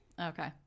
Okay